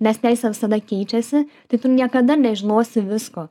nes teisė visada keičiasi tai tu niekada nežinosi visko